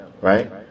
Right